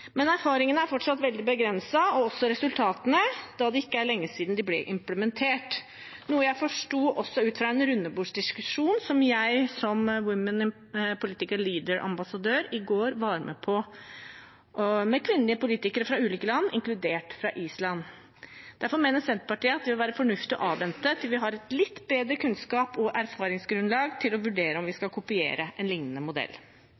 Men erfaringene er fortsatt veldig begrenset, og også resultatene, da det ikke er lenge siden den ble implementert, noe jeg forsto også ut fra en rundebordsdiskusjon som jeg som Woman Political Leaders-ambassadør i går var med på, med kvinnelige politikere fra ulike land, inkludert Island. Derfor mener Senterpartiet at det vil være fornuftig å avvente til vi har et litt bedre kunnskaps- og erfaringsgrunnlag til å vurdere om vi skal kopiere en lignende modell.